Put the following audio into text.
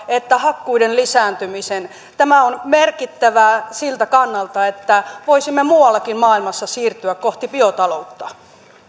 että hakkuiden lisääntymisen tämä on merkittävää siltä kannalta että voisimme muuallakin maailmassa siirtyä kohti biotaloutta